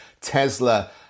Tesla